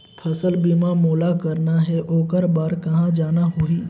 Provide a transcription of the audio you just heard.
फसल बीमा मोला करना हे ओकर बार कहा जाना होही?